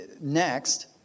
next